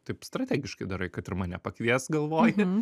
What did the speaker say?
taip strategiškai darai kad ir mane pakvies galvoji